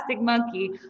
Monkey